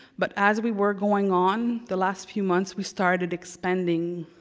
but as we were going on, the last few months we started expanding